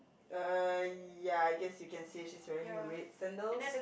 uh ya I guess you can say she's wearing red sandals